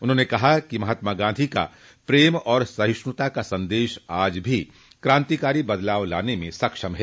उन्होंने कहा कि महात्मा गांधी का प्रेम और सहिष्णूता का संदेश आज भी क्रांतिकारी बदलाव लाने में सक्षम है